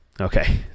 Okay